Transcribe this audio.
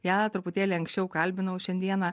ją truputėlį anksčiau kalbinau šiandieną